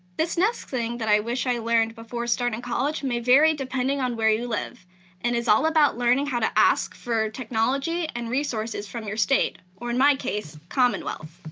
this next thing that i wish i learned before starting college may vary depending on where you live and is all about learning how to ask for technology and resources from your state or, in my case, commonwealth.